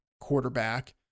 quarterback